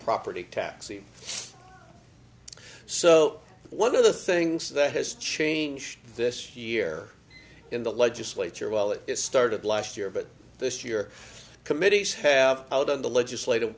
property taxes so one of the things that has changed this year in the legislature well it started last year but this year committees have out on the legislative